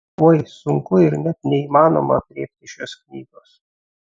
oi sunku ir net neįmanoma aprėpti šios knygos